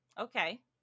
Okay